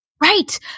right